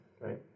right